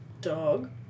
Dog